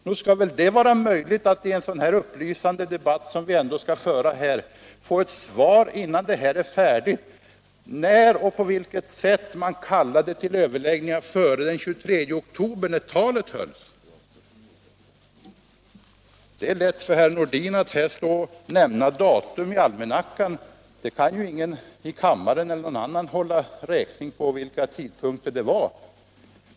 Nog skall det väl vara möjligt att i en så upplysande debatt som vi ändå skall föra här få ett svar på frågan: När och på vilket sätt kallade man till överläggningar före den 23 oktober när talet hölls? Det är lätt för herr Nordin att stå här och nämna datum i almanackan. Ingen i kammaren kan hålla räkningen på vilka tidpunkter det gällde.